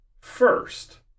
first